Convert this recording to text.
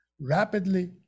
rapidly